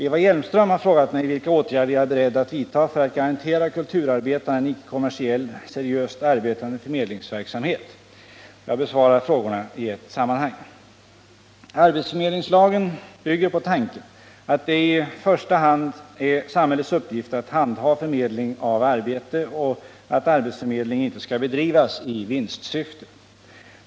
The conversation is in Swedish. Eva Hjelmström har frågat mig vilka åtgärder jag är beredd att vidta för att garantera kulturarbetarna en icke-kommersiell seriöst arbetande förmedlingsverksamhet. Jag besvarar frågorna i ett sammanhang. Arbetsförmedlingslagen bygger på tanken att det i första hand är samhällets uppgift att handha förmedling av arbete och att arbetsförmedling inte skall bedrivas i vinstsyfte.